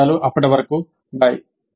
ధన్యవాదాలు అప్పటి వరకు బై